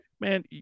man